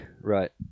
right